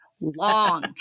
long